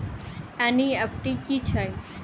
NEFT की छीयै?